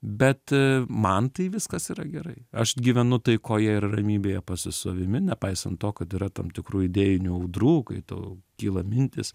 bet man tai viskas yra gerai aš gyvenu taikoje ir ramybėje pats su savimi nepaisant to kad yra tam tikrų idėjinių audrų kai tau kyla mintys